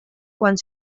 quan